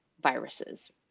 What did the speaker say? viruses